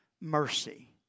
mercy